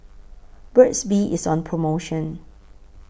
Burt's Bee IS on promotion